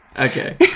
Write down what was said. Okay